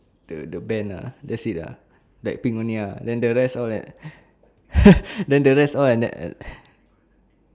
the the band ah that's it ah Blackpink only ah then the rest all that then the rest all I never